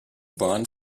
bahn